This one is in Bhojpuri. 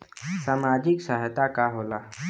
सामाजिक सहायता का होला?